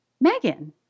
Megan